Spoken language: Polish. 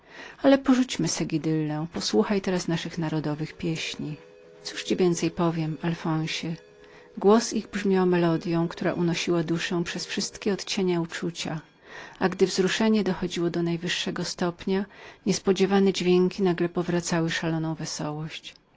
ale porzućmy miłosne śpiewy hiszpańskie posłuchaj teraz narodowych naszych pieśni cóż ci więcej powiem alfonsie głos ich brzmiał melodyą która unosiła duszę przez wszystkie odcienia uczucia a gdy rozczulenie dochodziło do najwyższego stopnia niespodziewane dźwięki nagle powracały szaloną wesołość